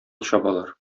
чабалар